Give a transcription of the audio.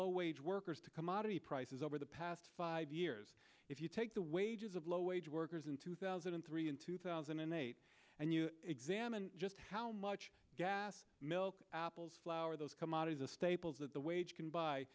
low wage workers to come out of the prices over the past five years if you take the wages of low wage workers in two thousand and three in two thousand and eight and you examine just how much gas milk apples flour those commodities the staples that the wage can buy